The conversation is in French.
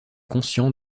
conscient